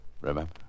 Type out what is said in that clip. Remember